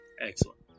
Excellent